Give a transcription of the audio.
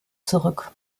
zurück